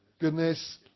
goodness